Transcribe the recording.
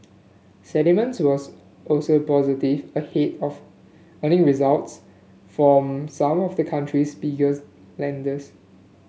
sentiment was also positive ahead of earning results from some of the country's biggest lenders